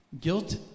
Guilt